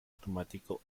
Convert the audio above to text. automático